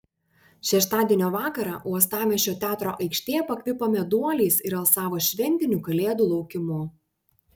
šeštadienio vakarą uostamiesčio teatro aikštė pakvipo meduoliais ir alsavo šventiniu kalėdų laukimu